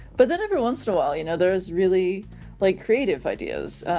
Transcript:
but then every once in a while, you know there's really like creative ideas,